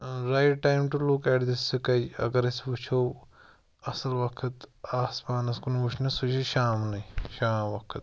ٲں right time to look at the sky اگر أسۍ وُچھو اصٕل وقت آسمانَس کُن وُچھنَس سُہ چھُ شامنٕے شام وقت